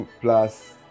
Plus